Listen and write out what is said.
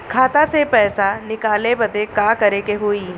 खाता से पैसा निकाले बदे का करे के होई?